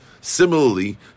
Similarly